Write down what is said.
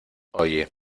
oye